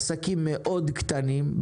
עסקים מאוד קטנים,